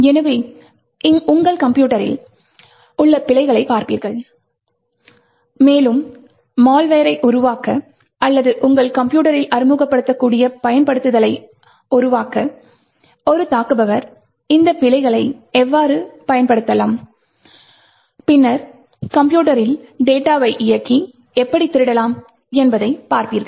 எனவே நீங்கள் கம்ப்யூட்டரில் உள்ள பிழைகளைப் பார்ப்பீர்கள் மேலும் மால்வெரை malware உருவாக்க அல்லது உங்கள் கம்ப்யூட்டரில் அறிமுகப்படுத்தக்கூடிய பயன்படுத்துதலை உருவாக்க ஒரு தாக்குபவர் இந்த பிழைகளை எவ்வாறு பயன்படுத்தலாம் பின்னர் கம்ப்யூட்டரில் டேடாவை இயக்கி எப்படி திருடலாம் என்பதை பார்ப்பீர்கள்